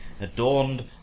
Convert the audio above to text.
adorned